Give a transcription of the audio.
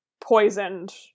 poisoned